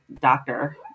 doctor